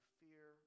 fear